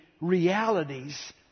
realities